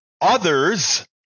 others